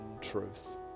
truth